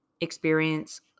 experience